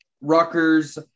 Rutgers